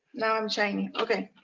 now i'm shiny. okay.